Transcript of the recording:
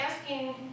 asking